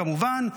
כמובן,